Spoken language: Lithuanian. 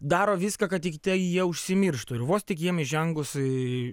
daro viską kad tiktai jie užsimirštų ir vos tik jiem įžengus į